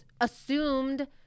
assumed